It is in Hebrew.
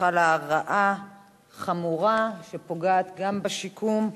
חלה הרעה חמורה שפוגעת גם בשיקום,